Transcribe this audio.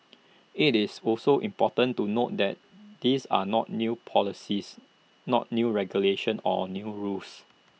IT is also important to note that these are not new policies not new regulations or new rules